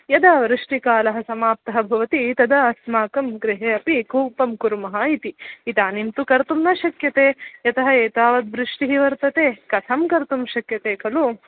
यदा वृष्टिकालः समाप्तः भवति तदा अस्माकं गृहे अपि कूपं कुरुमः इति इदानीं तु कर्तुं न शक्यते यतः एतावत् वृष्टिः वर्तते कथं कर्तुं शक्यते खलु